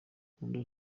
akunda